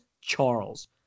Charles